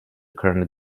current